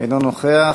אינו נוכח.